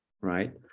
right